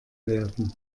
werden